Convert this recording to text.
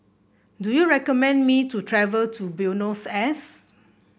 do you recommend me to travel to Buenos Aires